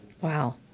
Wow